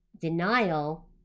denial